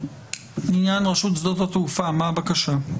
רשות שדות התעופה, מה הבקשה?